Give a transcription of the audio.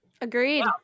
agreed